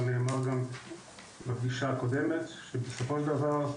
אבל נאמר גם בפגישה הקודמת שבסופו של דבר,